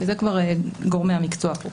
ואלה כבר גורמי המקצוע פה.